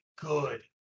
good